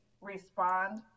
respond